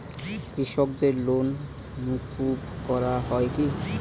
কৃষকদের লোন মুকুব করা হয় কি?